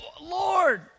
Lord